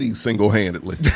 single-handedly